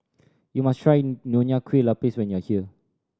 you must try Nonya Kueh Lapis when you are here